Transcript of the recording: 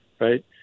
right